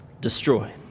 destroy